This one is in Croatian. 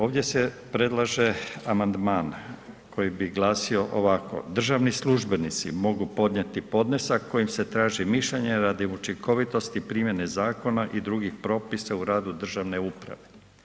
Ovdje se predlaže amandman koji bi glasi ovako, državni službenici mogu podnijeti podnesak kojim se traži mišljenje radi učinkovitosti primjene zakona i drugih propisa u radu državne uprave.